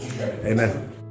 Amen